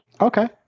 Okay